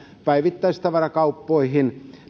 päivittäistavarakauppoihin